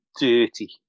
dirty